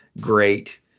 great